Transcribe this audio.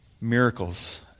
miracles